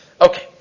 Okay